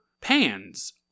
pans